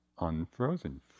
unfrozen